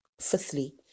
Fifthly